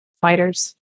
fighters